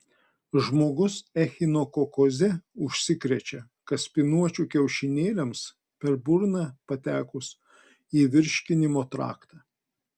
žmogus echinokokoze užsikrečia kaspinuočių kiaušinėliams per burną patekus į virškinimo traktą